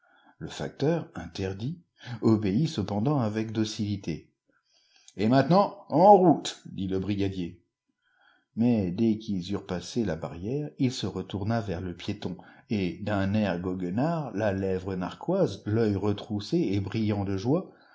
le facteur interdit obéit cependant avec docilité et maintenant en route dit le brigadier mais dès qu'ils eurent passé la barrière il se retourna vers le piéton et d'un air goguenard la lèvre narquoise l'œil retroussé et brillant de joie